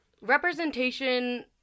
representation